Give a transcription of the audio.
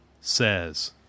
says